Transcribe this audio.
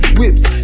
whips